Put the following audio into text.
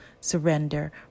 Surrender